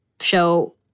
show